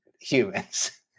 humans